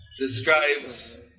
describes